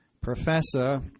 professor